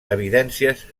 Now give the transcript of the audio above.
evidències